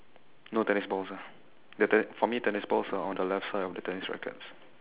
no tennis balls ah their ten~ for me tennis balls are on the left side of the tennis rackets